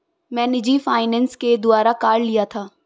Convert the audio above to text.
मैं निजी फ़ाइनेंस के द्वारा कार लिया था